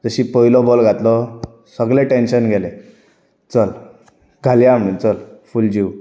जशी पयलो बॉल घातलो सगलें टॅन्शन गेलें चल घालयां आमी चल फूल जीव